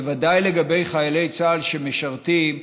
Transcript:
בוודאי לגבי חיילי וחיילות צה"ל שמשרתים,